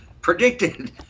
predicted